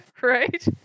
right